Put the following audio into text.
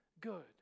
good